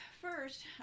first